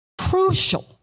crucial